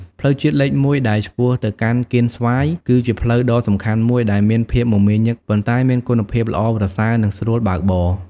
ផ្លូវជាតិលេខ ១ ដែលឆ្ពោះទៅកាន់កៀនស្វាយ គឺជាផ្លូវដ៏សំខាន់មួយដែលមានភាពមមាញឹកប៉ុន្តែមានគុណភាពល្អប្រសើរនិងស្រួលបើកបរ។